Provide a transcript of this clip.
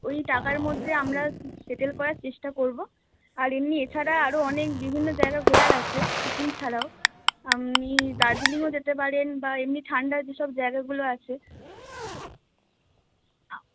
ওই টাকার মধ্যে আমরা সেটেল করার চেষ্টা করবো আর এমনি এছাড়া আরও অনেক বিভিন্ন জায়গা ঘোরার আছে সিকিম ছাড়াও আপনি দার্জিলিংও যেতে পারেন বা এমনি ঠান্ডার যেসব জায়গাগুলো আছে